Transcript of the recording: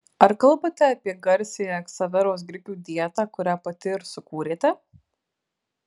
ar kalbate apie garsiąją ksaveros grikių dietą kurią pati ir sukūrėte